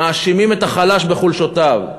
מאשימים את החלש בחולשותיו.